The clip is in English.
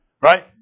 Right